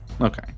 Okay